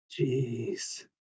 Jeez